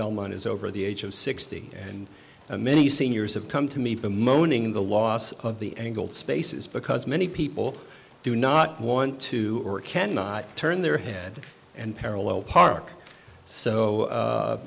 belmont is over the age of sixty and many seniors have come to me bemoaning the loss of the angled spaces because many people do not want to or cannot turn their head and parallel park so